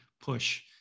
push